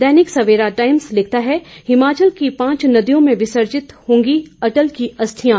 दैनिक Savera times लिखता है हिमाचल की पांच नदियों में विसर्जित होंगी अटल की अस्थियां